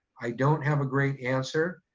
i don't have a great answer,